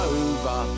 over